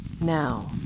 Now